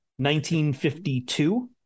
1952